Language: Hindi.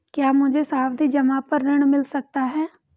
क्या मुझे सावधि जमा पर ऋण मिल सकता है?